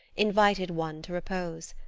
invited one to repose.